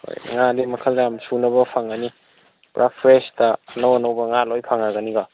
ꯍꯣꯏ ꯉꯥꯗꯤ ꯃꯈꯜ ꯌꯥꯝ ꯁꯨꯅꯕ ꯐꯪꯒꯅꯤ ꯄꯨꯔꯥ ꯐ꯭ꯔꯦꯁꯇ ꯑꯅꯧ ꯑꯅꯧꯕ ꯉꯥ ꯂꯣꯏ ꯐꯪꯂꯒꯅꯤꯀꯣ